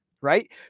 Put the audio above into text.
right